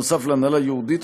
נוסף על הנהלה ייעודית,